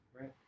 Right